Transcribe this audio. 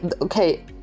okay